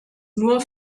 nur